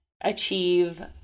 achieve